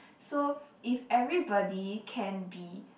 so if everybody can be